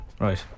Right